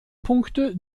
punkte